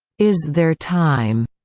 is there time,